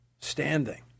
standing